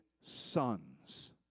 sons